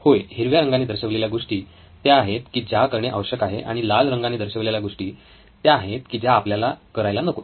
होय हिरव्या रंगाने दर्शवलेल्या गोष्टी त्या आहेत की ज्या करणे आवश्यक आहे आणि लाल रंगाने दर्शवलेल्या गोष्टी त्या आहेत की ज्या आपल्याला करायला नकोत